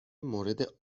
مورد